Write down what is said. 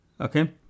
Okay